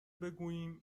بگوییم